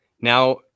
now